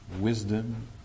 wisdom